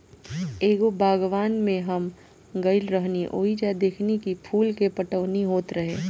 एगो बागवान में हम गइल रही ओइजा देखनी की फूल के पटवनी होत रहे